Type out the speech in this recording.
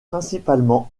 principalement